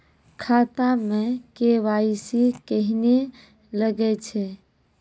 खाता मे के.वाई.सी कहिने लगय छै?